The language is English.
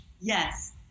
Yes